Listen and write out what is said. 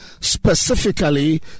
specifically